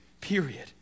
period